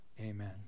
Amen